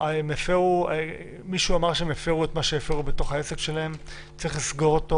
מישהו אמר שהם הפרו את מה שהם הפרו בתוך העסק שלהם וצריך לסגור אותו.